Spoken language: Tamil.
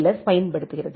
எஸ் பயன்படுத்துகிறது